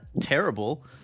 terrible